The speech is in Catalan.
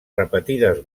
repetides